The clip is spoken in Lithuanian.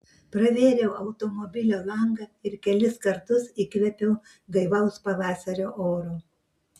pravėriau automobilio langą ir kelis kartus įkvėpiau gaivaus pavasario oro